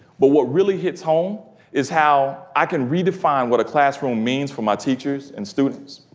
but what really hits home is how i can redefine what a classroom means for my teachers and students.